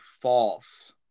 false